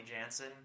Jansen